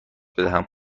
بدهم